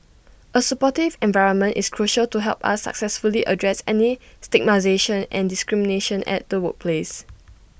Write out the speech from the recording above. A supportive environment is crucial to help us successfully address any stigmatisation and discrimination at the workplace